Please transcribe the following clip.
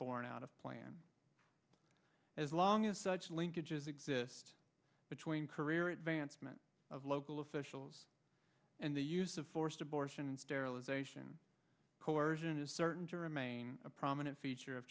born out of plan as long as such linkage is exist between career advancement of local officials and the use of forced abortion sterilization coersion is certain to remain a prominent feature of